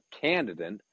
candidate